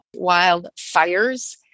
wildfires